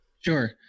Sure